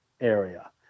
area